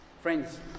Friends